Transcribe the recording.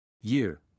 Year